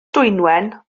dwynwen